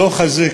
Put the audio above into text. הדוח הזה,